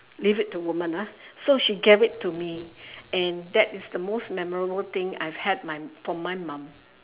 leave it to woman ah so she gave it to me and that is the most memorable things I've had my from my mom